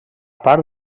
part